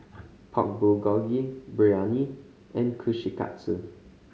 Pork Bulgogi Biryani and Kushikatsu